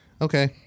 Okay